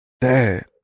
Dad